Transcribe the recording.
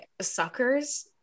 suckers